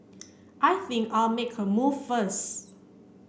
I think I'll make a move first